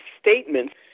statements